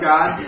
God